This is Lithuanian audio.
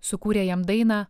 sukūrė jam dainą